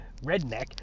redneck